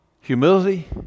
humility